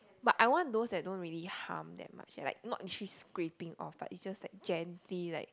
but I want those that don't really harm that much like not literally scrapping off but it's just like gently like